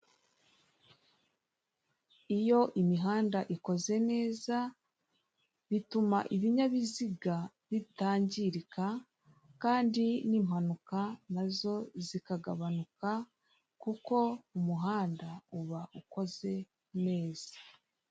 Iyo imihanda ikoze neza bituma ibinyabiziga bitangirika, kandi n'impanuka zikagabanuka kuko umuhanda uba ukoze neza.